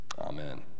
amen